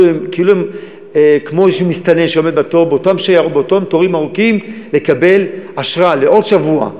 כאילו הם מסתננים שעומדים באותם תורים ארוכים כדי לקבל אשרה לעוד שבוע.